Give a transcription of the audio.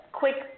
quick